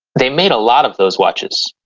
they made a lot of those watches.